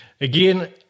Again